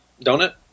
donut